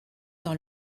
dans